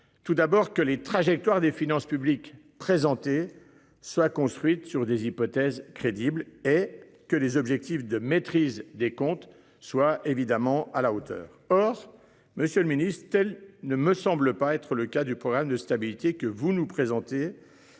Tout d'abord que les trajectoires des finances publiques présentées soit construite sur des hypothèses crédibles et que les objectifs de maîtrise des comptes soit évidemment à la hauteur. Or, Monsieur le Ministre. Ne me semble pas être le cas du programme de stabilité que vous nous présentez.